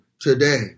today